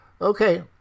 Okay